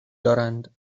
دارند